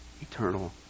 eternal